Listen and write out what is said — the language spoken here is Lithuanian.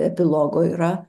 epilogo yra